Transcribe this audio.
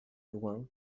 loin